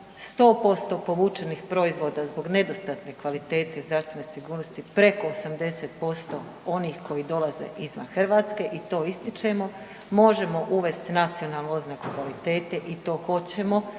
100% povučenih proizvoda zbog nedostatne kvalitete i zdravstvene sigurnosti, preko 80% onih koji dolaze izvan Hrvatske i to ističemo. Možemo uvesti nacionalnu oznaku kvalitete i to hoćemo